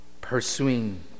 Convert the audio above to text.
pursuing